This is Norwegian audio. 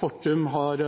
Fortum er